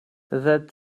that